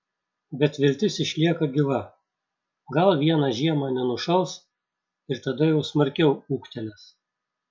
bet viltis išlieka gyva gal vieną žiemą nenušals ir tada jau smarkiau ūgtelės